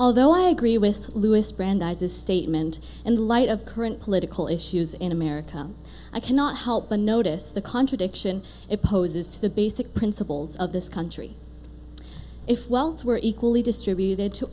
although i agree with louis brandeis his statement in light of current cole issues in america i cannot help but notice the contradiction it poses to the basic principles of this country if wealth were equally distributed to